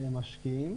הן משקיעות,